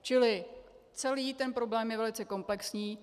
Čili celý ten problém je velice komplexní.